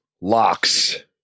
Locks